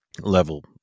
level